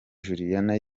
juliana